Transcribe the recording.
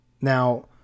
Now